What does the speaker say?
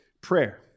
prayer